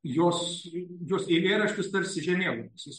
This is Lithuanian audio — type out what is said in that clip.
jos jos eilėraštis tarsi žemėlapis